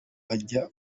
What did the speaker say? bajya